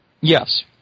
Yes